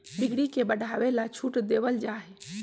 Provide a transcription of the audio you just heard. बिक्री के बढ़ावे ला छूट देवल जाहई